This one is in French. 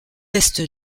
est